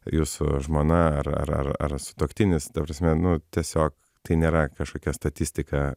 jūsų žmona ar ar ar ar sutuoktinis ta prasme nu tiesiog tai nėra kažkokia statistika